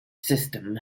system